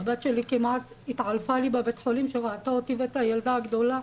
הבת שלי כמעט התעלפה בבית החולים כשראתה אותי ואת הילדה הגדולה.